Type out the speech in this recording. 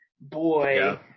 boy